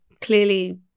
Clearly